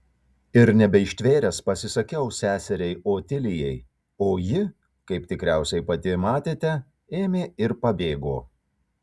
ir nebeištvėręs pasisakiau seseriai otilijai o ji kaip tikriausiai pati matėte ėmė ir pabėgo